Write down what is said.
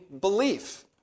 belief